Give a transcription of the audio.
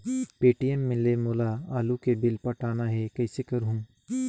Paytm ले मोला आलू के बिल पटाना हे, कइसे करहुँ?